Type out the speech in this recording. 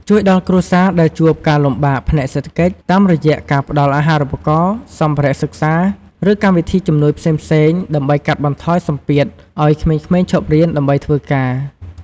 ជួយដល់គ្រួសារដែលជួបការលំបាកផ្នែកសេដ្ឋកិច្ច តាមរយៈការផ្តល់អាហារូបករណ៍ សម្ភារៈសិក្សា ឬកម្មវិធីជំនួយផ្សេងៗ ដើម្បីកាត់បន្ថយសម្ពាធឱ្យក្មេងៗឈប់រៀនដើម្បីធ្វើការ។